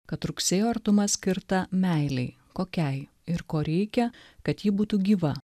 kad rugsėjo artuma skirta meilei kokiai ir ko reikia kad ji būtų gyva